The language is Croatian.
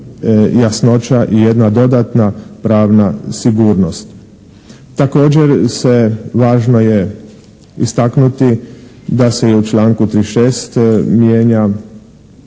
jasnoća i jedna dodatna pravna sigurnost. Također se, važno je istaknuti da se je i u članku 36. mijenja